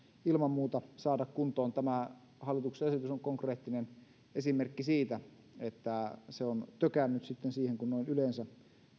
ilman muuta saada kuntoon tämä hallituksen esitys on konkreettinen esimerkki siitä että se on tökännyt sitten siihen kun noin yleensä